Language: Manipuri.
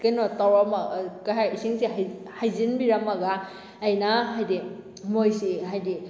ꯀꯩꯅꯣ ꯇꯧꯔꯝꯃ ꯀꯩ ꯍꯥꯏ ꯏꯁꯤꯡꯁꯤ ꯍꯩꯖꯤꯟꯕꯤꯔꯝꯃꯒ ꯑꯩꯅ ꯍꯥꯏꯗꯤ ꯃꯣꯏꯁꯤ ꯍꯥꯏꯗꯤ